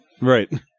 Right